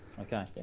Okay